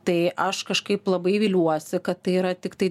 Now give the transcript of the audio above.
tai aš kažkaip labai viliuosi kad tai yra tiktai